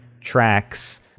tracks